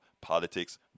Politics